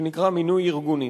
שנקרא מינוי ארגונים.